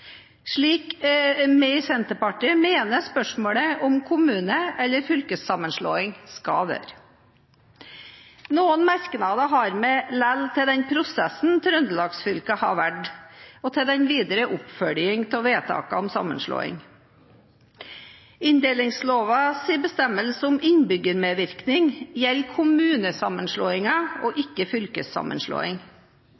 slik vi i Senterpartiet mener spørsmål om kommune- eller fylkessammenslåing skal være. Noen merknader har vi likevel til den prosessen Trøndelags-fylkene har valgt, og til den videre oppfølging av vedtaket om sammenslåing. Inndelingslovens bestemmelser om innbyggermedvirkning gjelder kommunesammenslåinger og